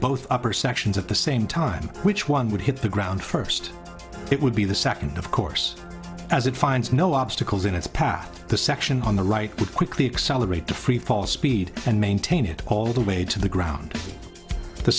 both upper sections of the same time which one would hit the ground first it would be the second of course as it finds no obstacles in its path the section on the right foot quickly accelerate to freefall speed and maintain it all the way to the ground the